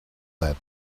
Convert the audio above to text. that